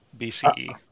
BCE